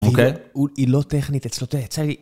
אוקיי. היא לא טכנית, אתה יודע יצא לי...